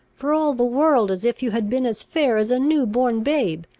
for all the world, as if you had been as fair as a new-born babe!